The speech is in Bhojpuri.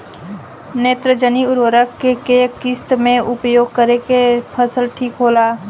नेत्रजनीय उर्वरक के केय किस्त मे उपयोग करे से फसल ठीक होला?